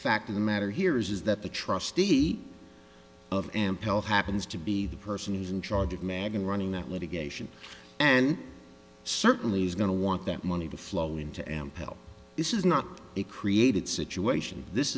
fact of the matter here is that the trustee of amp l happens to be the person who's in charge of magen running that litigation and certainly is going to want that money to flow into amp l this is not a created situation this